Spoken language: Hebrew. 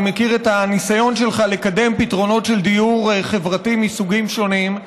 אני מכיר את הניסיון שלך לקדם פתרונות של דיור חברתי מסוגים שונים.